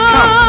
Come